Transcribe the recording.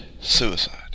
suicide